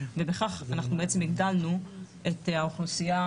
בכך אנחנו בעצם הגדלנו את האוכלוסייה